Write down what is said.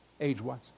age-wise